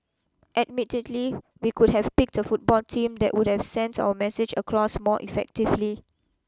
admittedly we could have picked a football team that would have sent our message across more effectively